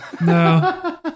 No